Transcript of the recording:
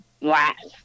last